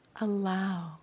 allow